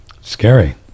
Scary